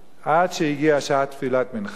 עד שהגיעה שעת תפילת מנחה,